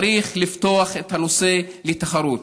צריך לפתוח את הנושא לתחרות.